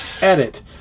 edit